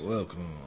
Welcome